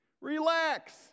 relax